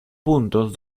puntos